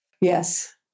yes